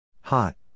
Hot